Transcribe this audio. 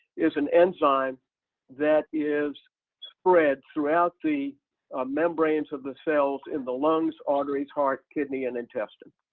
is an enzyme that is spread throughout the ah membranes of the cells in the lungs, arteries, heart, kidney, and intestine.